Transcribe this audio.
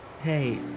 Hey